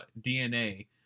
DNA